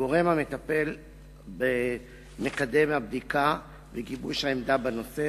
הגורם המטפל מקדם את הבדיקה ואת גיבוש העמדה בנושא,